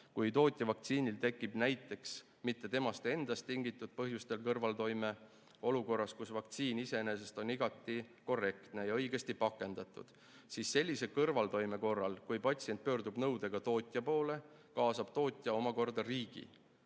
Kui tootja vaktsiinil tekib näiteks mitte temast endast tingitud põhjustel kõrvaltoime, olukorras, kus vaktsiin iseenesest on igati korrektne ja õigesti pakendatud, siis sellise kõrvaltoime korral, kui patsient pöördub nõudega tootja poole, kaasab tootja omakorda riigi.